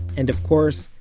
and of course,